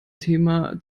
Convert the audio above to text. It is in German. thema